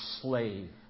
slave